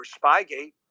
Spygate